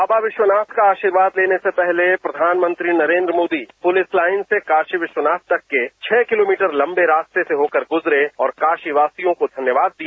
बाबा विश्वनाथ का आर्शीवाद लेने से पहले प्रधानमंत्री नरेन्द्र मोदी पुलिस लाइन से काशी विश्वनाथ तक के छह किलोमीटर लंबे रास्ते से होकर के गूजरे और काशीवासियों को धन्यवाद दिया